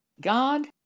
God